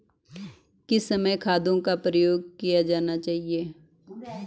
किस समय खादों का प्रयोग किया जाना चाहिए?